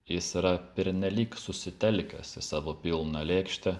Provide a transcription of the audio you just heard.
jis yra pernelyg susitelkęs į savo pilną lėkštę